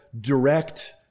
direct